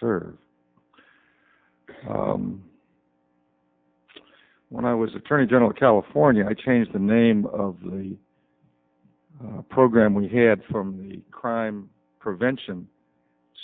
serve when i was attorney general of california i changed the name of the program we had from the crime prevention